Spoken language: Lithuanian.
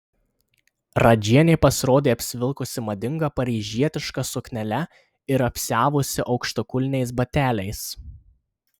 radžienė pasirodė apsivilkusi madinga paryžietiška suknele ir apsiavusi aukštakulniais bateliais